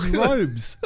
robes